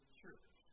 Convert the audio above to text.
church